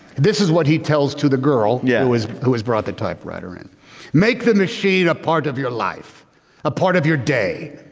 this is what he tells to the girl yeah and who has brought the typewriter in make the machine a part of your life a part of your day.